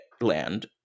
land